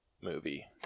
movie